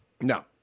No